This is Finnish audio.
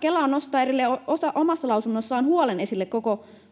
Kela nostaa omassa lausunnossaan esille huolen